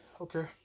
Okay